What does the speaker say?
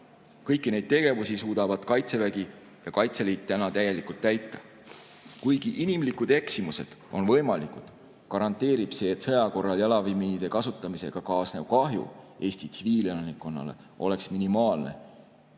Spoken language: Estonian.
Kõike seda suudavad Kaitsevägi ja Kaitseliit täielikult täita. Kuigi inimlikud eksimused on võimalikud, garanteerib see, et sõja korral jalaväemiinide kasutamisega kaasnev kahju Eesti tsiviilelanikkonnale oleks minimaalne